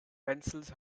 pencils